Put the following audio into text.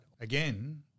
again